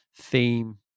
theme